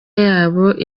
yabo